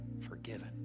forgiven